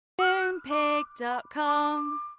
Moonpig.com